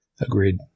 Agreed